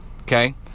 Okay